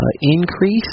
increase